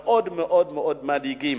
מאוד מאוד מדאיגים.